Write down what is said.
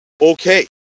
okay